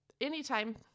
anytime